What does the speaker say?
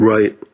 Right